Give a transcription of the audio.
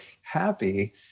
happy